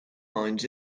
mines